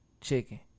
Chicken